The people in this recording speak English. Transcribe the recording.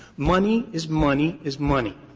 money is money is money.